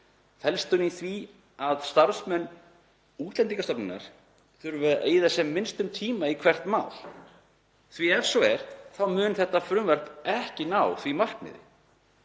Felst hún í því að starfsmenn Útlendingastofnunar þurfi að eyða sem minnstum tíma í hvert mál? Ef svo er mun þetta frumvarp ekki ná því markmiði.